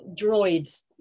droids